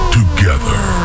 together